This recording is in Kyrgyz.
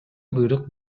буйрук